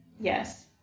Yes